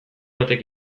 batek